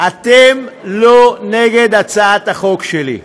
אתם לא נגד הצעת החוק שלי,